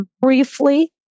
briefly